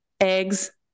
eggs